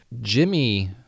Jimmy